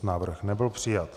Návrh nebyl přijat.